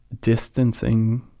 distancing